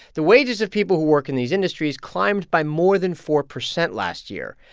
the wages of people who work in these industries climbed by more than four percent last year,